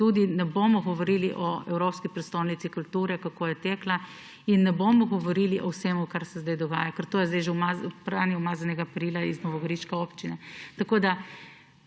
tudi ne bomo govorili o evropski prestolnici kulture, kako je tekla, in ne bomo govorili o vsem, kar se zdaj dogaja, ker to je zdaj že pranje umazanega perila iz novogoriške občine. Tako da